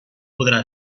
podrà